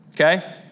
okay